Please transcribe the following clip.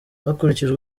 hakurikijwe